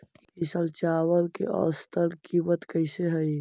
ई साल चावल के औसतन कीमत कैसे हई?